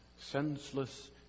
senseless